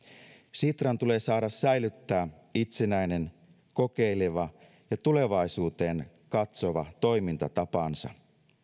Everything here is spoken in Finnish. sitran tulee saada säilyttää itsenäinen kokeileva ja tulevaisuuteen katsova toimintatapansa